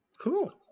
Cool